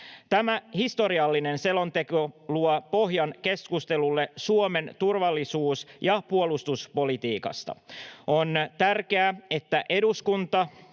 Tämä historiallinen selonteko luo pohjan keskustelulle Suomen turvallisuus- ja puolustuspolitiikasta. On tärkeää, että eduskunta